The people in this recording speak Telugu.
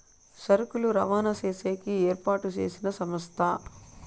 సరుకులు రవాణా చేసేకి ఏర్పాటు చేసిన సంస్థ